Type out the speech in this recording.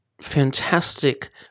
fantastic